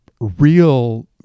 Real